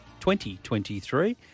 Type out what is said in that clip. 2023